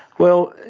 well,